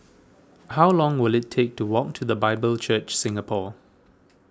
how long will it take to walk to the Bible Church Singapore